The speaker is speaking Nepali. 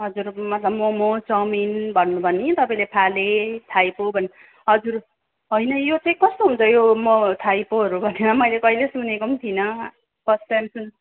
हजुर मतलब मोमो चाउमिन भन्नुभयो नि तपाईँले फाले थाइपो भने हजुर होइन यो चाहिँ कस्तो हुन्छ यो म थाइपोहरू भनेर मैले कहिले सुनेको पनि थिइनँ फर्स्ट टाइम सुनेँ